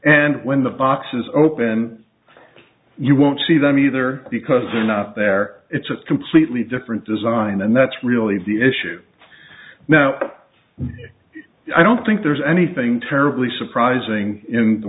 and when the box is open you won't see them either because they're not there it's a completely different design and that's really the issue now i don't think there's anything terribly surprising in the